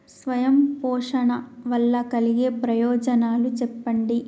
స్వయం పోషణ వల్ల కలిగే ప్రయోజనాలు చెప్పండి?